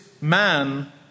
man